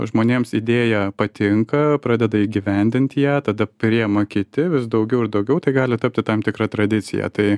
žmonėms idėja patinka pradeda įgyvendinti ją tada priima kiti vis daugiau ir daugiau tai gali tapti tam tikra tradicija tai